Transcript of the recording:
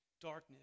darkness